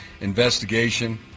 investigation